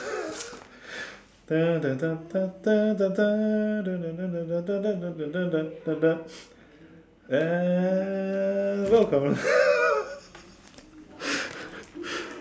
and welcome